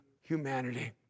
humanity